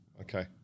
Okay